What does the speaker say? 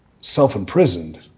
self-imprisoned